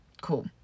Cool